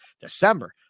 December